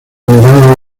mirada